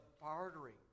bartering